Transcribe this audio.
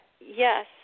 yes